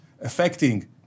affecting